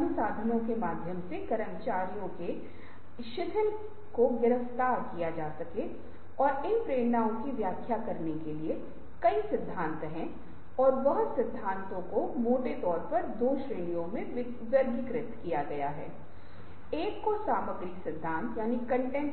विश्लेषण के माध्यम से प्रक्रिया अनुकूलन के लिए जाता है जैसे व्यवसाय प्रक्रिया इंजीनियरिंग जहां आप समय और प्रक्रिया का अनुकूलन करते हैं